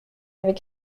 avait